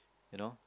you know